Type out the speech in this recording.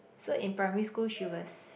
so in primary school she was